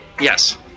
Yes